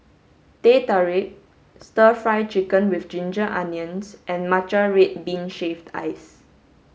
Teh Tarik stir fry chicken with ginger onions and matcha red bean shaved ice